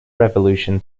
revolution